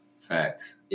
Facts